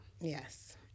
Yes